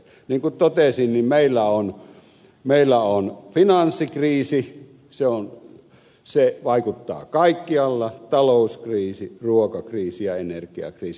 niin kuin totesin meillä on finanssikriisi se vaikuttaa kaikkialla talouskriisi ruokakriisi ja energiakriisi